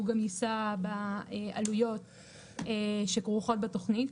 הוא גם יישא בעלויות שכרוכות בתוכנית,